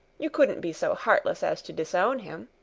you couldn't be so heartless as to disown him.